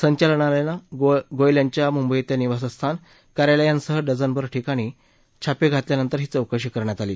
संचालनालयानं गोयल यांच्या मुंबईतल्या निवासस्थान कार्यालयांसह डझनभर ठिकाणी छापे घातल्यानंतर ही चौकशी करण्यात आली